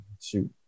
shoot